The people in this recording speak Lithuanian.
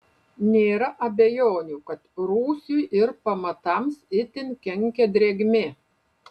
nėra abejonių kad rūsiui ir pamatams itin kenkia drėgmė